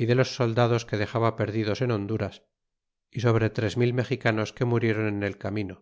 y de los soldados que dexaba perdidos en honduras y sobre tres mil mexicanos que muriéron en el camino